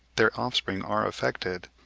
their offspring are affected.